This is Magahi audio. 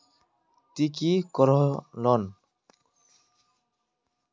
ती की करोहो लोन?